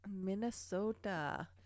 Minnesota